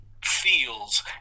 Feels